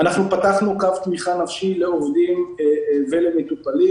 פתחנו קו תמיכה נפשי לעובדים ולמטופלים.